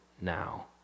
now